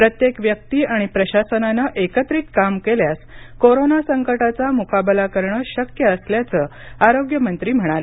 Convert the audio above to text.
प्रत्येक व्यक्ति आणि प्रशासनानं एकत्रित काम केल्यास कोरोना संकटाचा मुकाबला करणं शक्य असल्याचं आरोग्यमंत्री म्हणाले